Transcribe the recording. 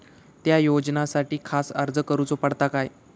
त्या योजनासाठी खास अर्ज करूचो पडता काय?